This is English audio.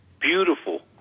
beautiful